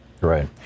Right